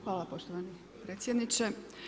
Hvala poštovani predsjedniče.